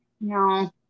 No